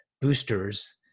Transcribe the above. Boosters